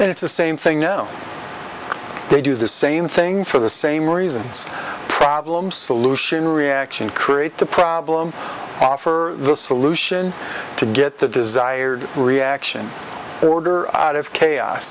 it's the same thing now they do the same thing for the same reasons problem solution reaction create the problem offer the solution to get the desired reaction order out of chaos